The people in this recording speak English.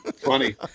Funny